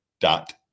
dot